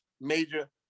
major